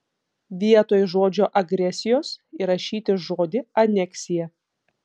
vietoj žodžio agresijos įrašyti žodį aneksija